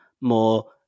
more